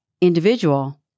individual